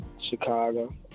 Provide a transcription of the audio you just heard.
Chicago